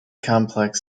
complex